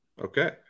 Okay